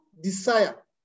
desire